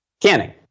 Canning